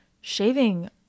shaving